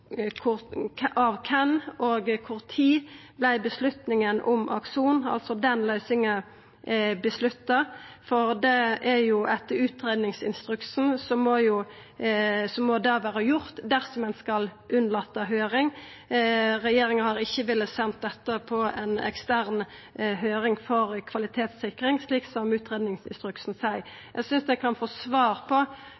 av kven og kva tid avgjerda om Akson, altså den løysinga, vart tatt, for etter utgreiingsinstruksen må det vera gjort dersom ein skal unnlata høyring. Regjeringa har ikkje vilja senda dette på ei ekstern høyring for kvalitetssikring, slik som utgreiingsinstruksen seier.